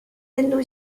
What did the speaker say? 监督